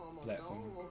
platform